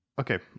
okay